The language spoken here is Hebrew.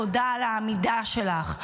תודה על העמידה שלך,